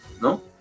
¿no